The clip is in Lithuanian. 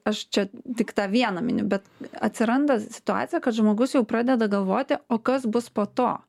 aš čia tik tą vieną mini bet atsiranda situacija kad žmogus jau pradeda galvoti o kas bus po to